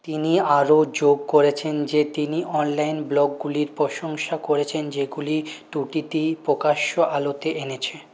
তিনি আরও যোগ করেছেন যে তিনি অনলাইন ব্লগগুলির প্রশংসা করেছেন যেগুলি ত্রুটিটি প্রকাশ্য আলোতে এনেছে